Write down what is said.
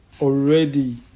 already